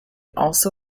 also